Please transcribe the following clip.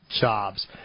jobs